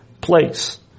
place